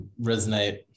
Resonate